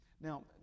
now